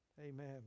Amen